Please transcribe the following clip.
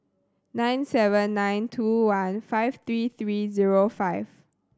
nine seven nine two one five three three zero five